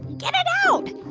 get it out.